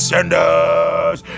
Senders